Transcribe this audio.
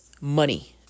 money